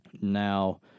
Now